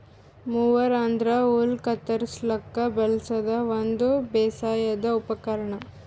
mower ಅಂದ್ರ ಹುಲ್ಲ್ ಕತ್ತರಸ್ಲಿಕ್ ಬಳಸದ್ ಒಂದ್ ಬೇಸಾಯದ್ ಉಪಕರ್ಣ್